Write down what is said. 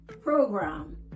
program